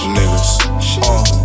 niggas